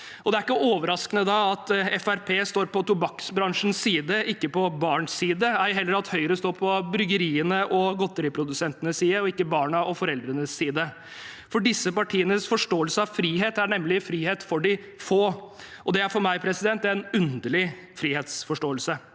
Det er ikke overraskende at Fremskrittspartiet står på tobakksbransjens side og ikke på barnas side, ei heller at Høyre står på bryggerienes og godteriprodusentenes side og ikke på barna og foreldrenes side. Disse partienes forståelse av frihet er nemlig frihet for de få. Det er for meg en underlig frihetsforståelse.